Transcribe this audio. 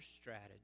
strategy